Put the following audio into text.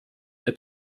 der